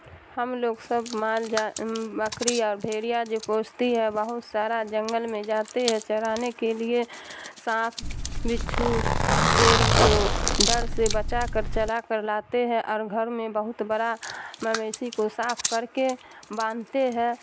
ہم لوگ سب مال جا بکری یا بھیڑیا جو پوستی ہے بہت سارا جنگل میں جاتے ہے چرانے کے لیے سانپ بچھو شیر کے ڈر سے بچا کر چلا کر لاتے ہیں اور گھر میں بہت بڑا مویشی کو صاف کر کے باندھتے ہے